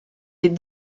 les